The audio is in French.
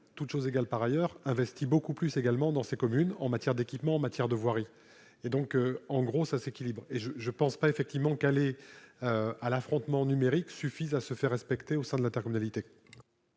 toutes choses égales par ailleurs investi beaucoup plus également dans ces communes en matière d'équipements en matière de voirie et donc en gros ça s'équilibre et je je pense pas effectivement qu'aller à l'affrontement numérique suffisent à se faire respecter au sein de l'intercommunalité.